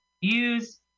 use